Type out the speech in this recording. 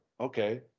Okay